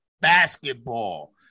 basketball